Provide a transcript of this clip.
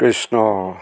Krishna